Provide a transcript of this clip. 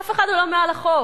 אף אחד הוא לא מעל החוק,